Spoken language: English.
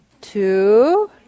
two